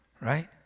right